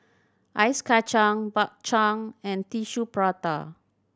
ice kacang Bak Chang and Tissue Prata